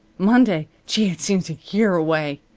monday. gee! it seems a year away.